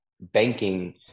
banking